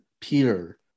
Peter